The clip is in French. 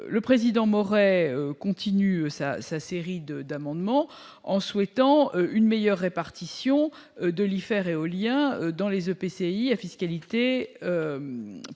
Le président m'aurait continué sa série de d'amendements en souhaitant une meilleure répartition de l'hiver éolien dans les EPCI à fiscalité